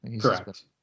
Correct